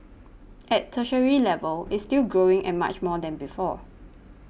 at tertiary level it's still growing and much more than before